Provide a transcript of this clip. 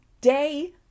day